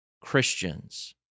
Christians